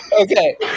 Okay